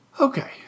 Okay